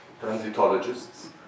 transitologists